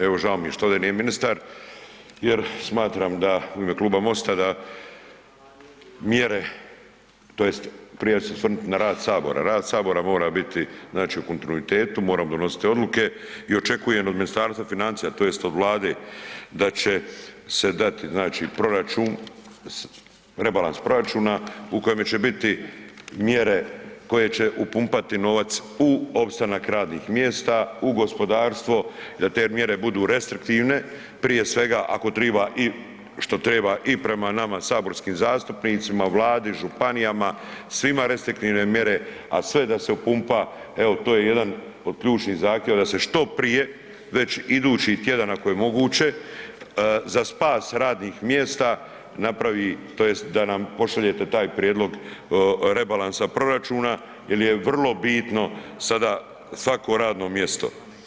Evo žao mi je što ovdje nije ministar jer smatram da u ime kluba MOST-a, da mjere tj. prije ću se osvrnuti na rad Sabora, rad Sabora mora biti znači u kontinuitetu, moramo donositi odluke i očekujem od Ministarstva financija tj. od Vlade da će se dati znači proračun, rebalans proračuna u kojemu će biti mjere koje će upumpati novac u opstanak radnih mjesta, u gospodarstvo, da te mjere budu restriktivne, prije svega ako treba i što treba i prema nama saborskim zastupnicima, Vladi, županijama, svima restriktivne mjere a sve da se upumpa, evo to je jedan od ključnih zahtjeva, da se što prije, već idući tjedan ako je moguće, za spas radnih mjesta napravi tj. da nam pošaljete taj prijedlog rebalansa proračuna jer je vrlo bitno sada svako radno mjesto.